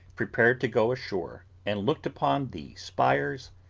prepared to go ashore and looked upon the spires,